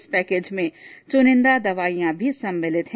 इस पैकेज में चुनिंदा दवाईयॉ भी सम्मिलित हैं